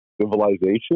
civilization